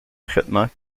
traitements